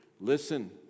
Listen